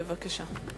גברתי